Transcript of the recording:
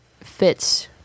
fits